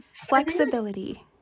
flexibility